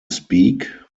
speak